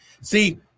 See